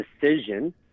decision